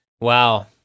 wow